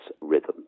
rhythm